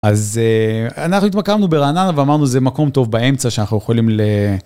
אז אנחנו התמקמנו ברעננה ואמרנו זה מקום טוב באמצע שאנחנו יכולים ל...